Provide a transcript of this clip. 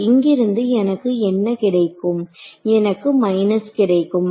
இங்கிருந்து எனக்கு என்ன கிடைக்கும் எனக்கு மைனஸ் கிடைக்குமா